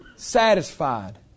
Satisfied